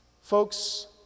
Folks